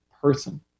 person